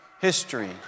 history